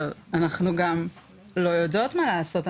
אנחנו גם לא יודעות מה לעשות.